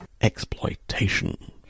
Exploitation